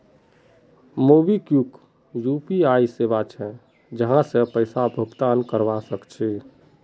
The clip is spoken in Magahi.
मोबिक्विक यू.पी.आई सेवा छे जहासे पैसा भुगतान करवा सक छी